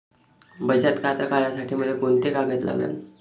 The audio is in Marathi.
बचत खातं काढासाठी मले कोंते कागद लागन?